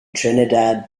trinidad